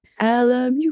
LMU